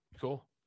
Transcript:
Cool